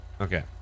Okay